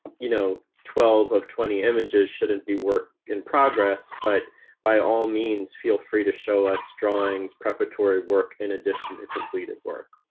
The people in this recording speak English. you know twelve of twenty images shouldn't be work in progress but by all means, feel free to show us drawings, preparatory work, in addition to completed work.